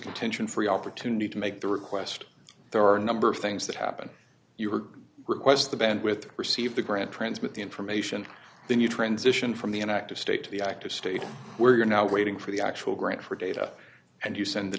contention for the opportunity to make the request there are a number of things that happen you are request the band with receive the grant transmit the information then you transition from the inactive state to the active state where you're now waiting for the actual grant for data and you send the